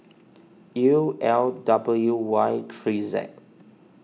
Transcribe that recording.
U L W Y three Z